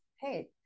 hey